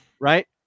right